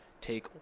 take